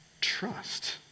trust